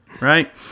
Right